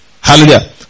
Hallelujah